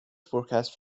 forecast